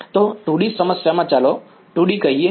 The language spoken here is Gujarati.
તો 2 D સમસ્યામાં ચાલો 2 D લઈએ